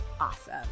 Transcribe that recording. awesome